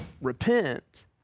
repent